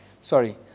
Sorry